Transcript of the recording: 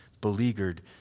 beleaguered